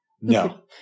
no